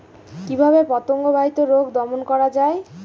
কিভাবে পতঙ্গ বাহিত রোগ দমন করা যায়?